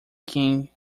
king